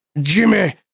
Jimmy